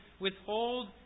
withhold